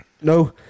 No